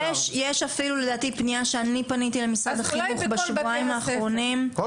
יש פנייה שלי למשרד החינוך בשבועיים האחרונים בכל